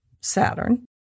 Saturn